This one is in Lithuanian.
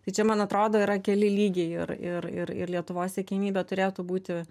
tai čia man atrodo yra keli lygiai ir ir ir lietuvos siekiamybė turėtų būti